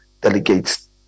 delegates